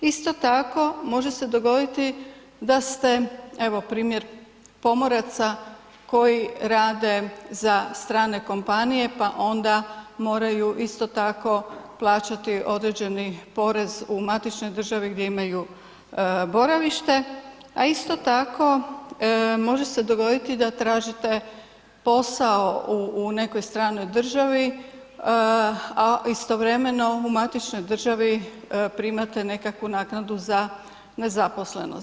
Isto tako može se dogoditi da ste evo primjer pomoraca koji rade za stranke kompanije pa onda moraju isto tako plaćati određeni porez u matičnoj državi gdje imaju boravište a isto tako, može se dogoditi da tražite posao u nekoj stranoj državi a istovremeno u matičnoj državi primate nekakvu naknadu za nezaposlenost.